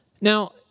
Now